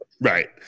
Right